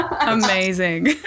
Amazing